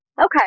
Okay